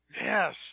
Yes